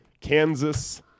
Kansas